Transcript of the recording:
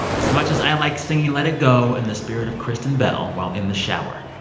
as much as i like singing let it go in the spirit of kristen bell while in the shower.